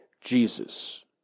Jesus